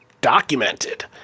documented